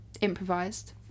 improvised